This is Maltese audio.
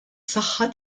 saħħa